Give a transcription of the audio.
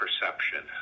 perception